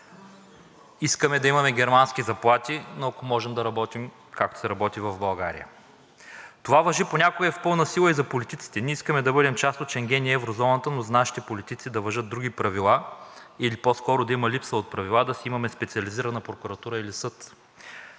„Искаме да имаме германски заплати, но ако може да работим, както се работи в България!“ Това важи понякога в пълна сила и за политиците – ние искаме да бъдем част от Шенген и еврозоната, но за нашите политици да важат други правила или по-скоро да има липса на правила, да си имаме Специализирана прокуратура или съд.